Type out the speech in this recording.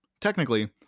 Technically